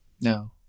No